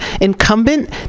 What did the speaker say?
incumbent